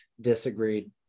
disagreed